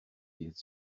dydd